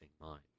mind